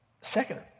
Second